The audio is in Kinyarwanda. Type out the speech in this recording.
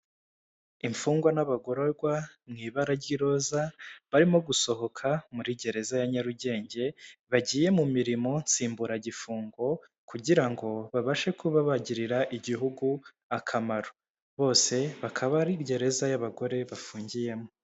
Imfungwa n'abagororwa mu ibara ry'iroza barimo gusohoka muri gereza ya Nyarugenge, bagiye mu mirimo nsimburagifungo, kugira ngo babashe kuba bagirira igihugu akamaro. Bose bakaba ari gereza y'abagore bafungiyemo.